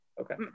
Okay